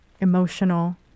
emotional